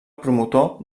promotor